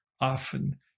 often